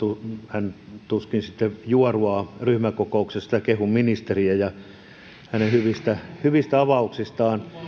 hän tuskin sitten juoruaa ryhmäkokouksessa että kehun ministeriä hänen hyvistä hyvistä avauksistaan